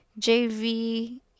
JV